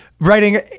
Writing